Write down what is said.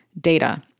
data